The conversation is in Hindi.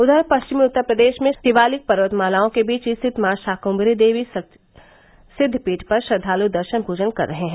उधर पश्चिमी उत्तर प्रदेश में शिवालिक पर्वतमालाओं के बीच स्थित माँ शाकुम्भरी देवी सिद्वपीठ पर श्रद्वाल् दर्शन प्रजन कर रहे हैं